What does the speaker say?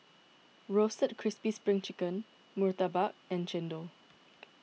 Roasted Crispy Pring Chicken Murtabak and Chendol